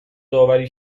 داوری